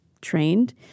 trained